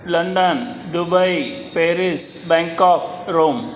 London Dubai Paris Bangkok Rome